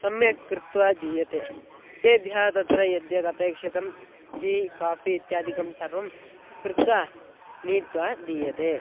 सम्यक् कृत्वा दीयते तेभ्यः तत्र यद्यदपेक्षितं टी काफ़ी इत्यादिकं सर्वं कृत्वा नीत्वा दीयते